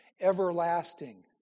Everlasting